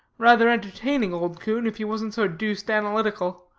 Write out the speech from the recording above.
rather entertaining old coon, if he wasn't so deuced analytical.